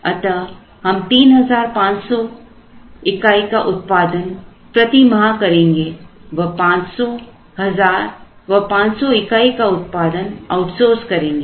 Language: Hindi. अतः हम 3500 हजार इकाई का उत्पादन प्रति माह करेंगे व 500 1000 व 500 इकाई का उत्पादन आउटसोर्स करेंगे